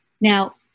now